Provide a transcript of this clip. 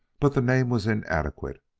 but the name was inadequate,